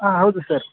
ಹಾಂ ಹೌದು ಸರ್